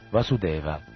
Vasudeva